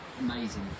amazing